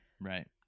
Right